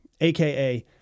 AKA